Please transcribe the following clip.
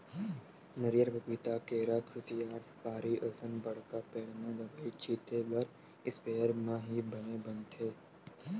नरियर, पपिता, केरा, खुसियार, सुपारी असन बड़का पेड़ म दवई छिते बर इस्पेयर म ही बने बनथे